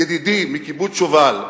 ידידי מקיבוץ שובל,